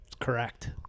correct